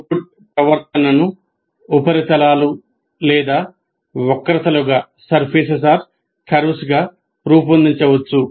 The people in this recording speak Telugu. అవుట్పుట్ ప్రవర్తనను ఉపరితలాలు లేదా వక్రతలుగా రూపొందించవచ్చు